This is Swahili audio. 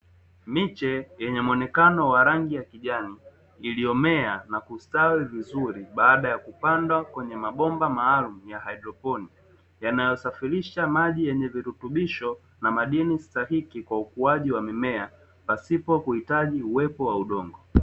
Miche yenye muonekano wa rangi ya kijani iliyomea na kustawi vizuri baada ya kupanda kwenye mabomba maalumu ya hydroponi, yanayosafirisha maji yenye virutubisho na madini stahiki kwa ukuaji wa mimea pasipo kuhitaji uwepo wa udongo.